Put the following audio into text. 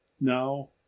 now